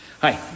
Hi